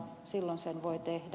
silloin sen voi tehdä